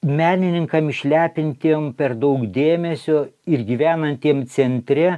menininkam išlepintiem per daug dėmesio ir gyvenantiem centre